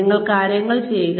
നിങ്ങൾ കാര്യങ്ങൾ ചെയ്യുക